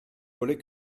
volets